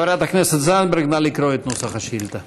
חברת הכנסת זנדברג, נא לקרוא את נוסח השאילתה.